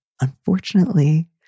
unfortunately